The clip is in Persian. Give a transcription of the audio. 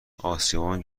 آسیابان